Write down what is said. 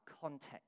context